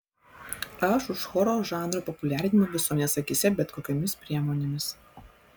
aš už choro žanro populiarinimą visuomenės akyse bet kokiomis priemonėmis